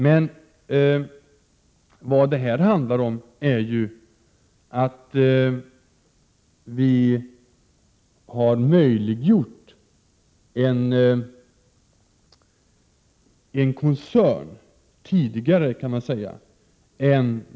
Men vad det här handlar om är att vi något tidigare har möjliggjort bildandet av en koncern.